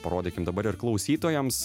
parodykim dabar ir klausytojams